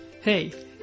Hey